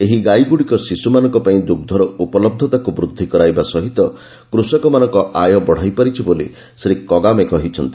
ଏହି ଗାଇଗୁଡ଼ିକ ଶିଶୁମାନଙ୍କ ପାଇଁ ଦୁଗ୍ରର ଉପଲବ୍ଧତାକୁ ବୃଦ୍ଧି କରାଇବା ସହିତ କୃଷକମାନଙ୍କ ଆୟ ବଢ଼ାଇ ପାରିଛି ବୋଲି ଶ୍ରୀ କଗାମେ କହିଛନ୍ତି